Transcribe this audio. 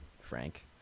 Frank